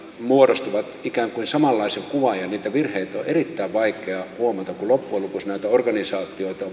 muodostavat ikään kuin samanlaisen kuvan niitä virheitä on on erittäin vaikea huomata kun loppujen lopuksi näitä organisaatioita